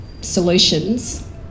solutions